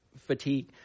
fatigue